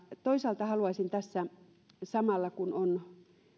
toisaalta haluaisin tässä samalla kun on